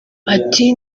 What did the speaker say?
ati